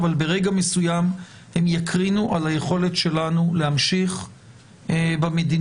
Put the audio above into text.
אבל ברגע מסוים הם יקרינו על היכולת שלנו להמשיך במדיניות,